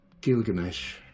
Gilgamesh